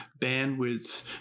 bandwidth